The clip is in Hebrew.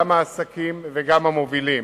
גם העסקים וגם המובילים.